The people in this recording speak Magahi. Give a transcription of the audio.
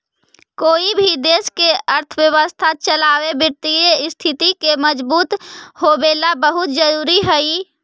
कोई भी देश के अर्थव्यवस्था चलावे वित्तीय स्थिति के मजबूत होवेला बहुत जरूरी हइ